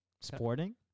Sporting